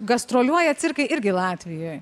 gastroliuoja cirkai irgi latvijoj